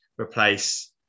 replace